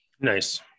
nice